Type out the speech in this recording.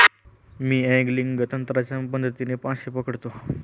मी angling तंत्राच्या मदतीने मासे पकडतो